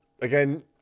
Again